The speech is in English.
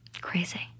crazy